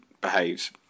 behaves